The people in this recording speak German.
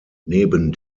neben